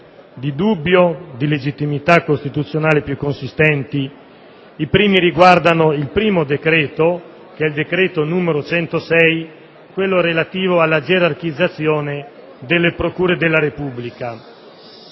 di dubbio di legittimità costituzionale più consistenti. I primi riguardano il decreto legislativo n. 106 del 2006 relativo alla gerarchizzazione delle procure della Repubblica.